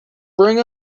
bring